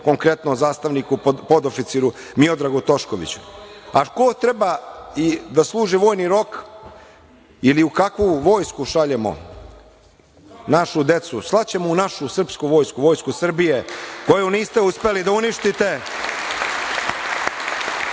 konkretno zastavniku, podoficiru Miodragu Toškoviću. Ko treba da služi vojni rok ili u kakvu vojsku šaljemo našu decu? Slaćemo u našu srpsku vojsku, Vojsku Srbije, koju niste uspeli da uništite.